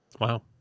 Wow